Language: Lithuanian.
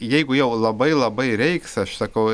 jeigu jau labai labai reiks aš sakau